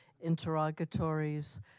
interrogatories